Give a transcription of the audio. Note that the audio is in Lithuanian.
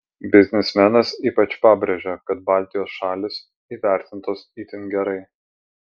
biznismenas ypač pabrėžia kad baltijos šalys įvertintos itin gerai